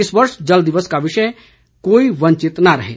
इस वर्ष जल दिवस का विषय है कोई वंचित न रहें